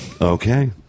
Okay